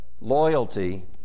Loyalty